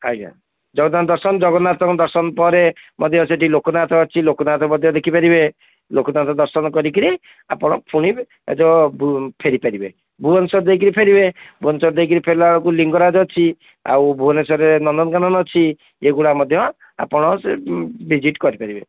ଆଜ୍ଞା ଜଗନ୍ନାଥ ଦର୍ଶନ ଜଗନ୍ନାଥଙ୍କ ଦର୍ଶନ ପରେ ମଧ୍ୟ ସେଠି ଲୋକନାଥ ଅଛି ଲୋକନାଥ ମଧ୍ୟ ଦେଖି ପାରିବେ ଲୋକନାଥ ଦର୍ଶନ କରିକରି ଆପଣ ଫେରି ପାରିବେ ଭୁବନେଶ୍ୱର ଦେଇକରି ଫେରିବେ ଭୁବନେଶ୍ୱର ଦେଇକରି ଫେରିଲା ବେଳକୁ ଲିଙ୍ଗରାଜ ଅଛି ଆଉ ଭୁବନେଶ୍ୱରରେ ନନ୍ଦନକାନନ ଅଛି ଏଗୁଡ଼ା ମଧ୍ୟ ଆପଣ ଭିଜିଟ୍ କରିପାରିବେ